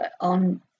on